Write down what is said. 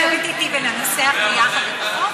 את תהיי מוכנה לשבת אתי וננסח ביחד את החוק?